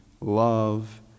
love